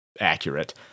accurate